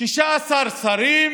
שני שרים